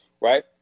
right